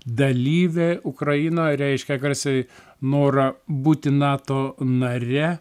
dalyvė ukraina reiškia garsiai norą būti nato nare